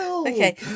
Okay